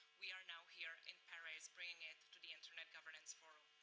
we are now here in paris bringing it to the internet governance forum.